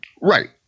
Right